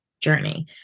journey